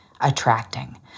attracting